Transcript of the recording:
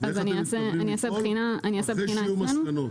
ואיך אתם מתכוונים לפעול אחרי שיהיו מסקנות.